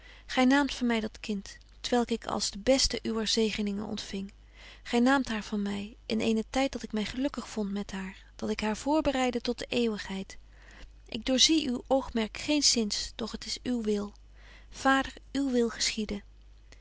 gy naamt van my dat kind t welk ik als de beste uwer zegeningen ontfing gy naamt haar van my in eenen tyd dat ik my gelukkig vond met haar dat ik haar voorbereidde tot de eeuwigheid ik doorzie uw oogmerk geenzins doch t is uw wil vader uw wil geschiede